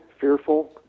fearful